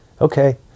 Okay